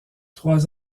trois